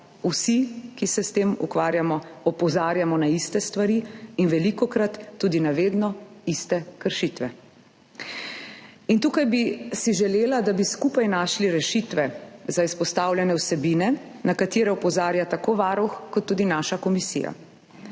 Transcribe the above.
vsi, ki se s tem ukvarjamo, opozarjamo na iste stvari in velikokrat tudi na vedno iste kršitve. Tukaj bi si želela, da bi skupaj našli rešitve za izpostavljane vsebine, na katere opozarjata tako Varuh kot tudi naša komisija.